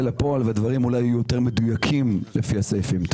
לפועל והדברים אולי יהיו יותר מדויקים לפי הסעיפים.